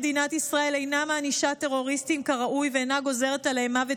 מדינת ישראל אינה מענישה טרוריסטים כראוי ואינה גוזרת עליהם מוות,